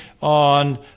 on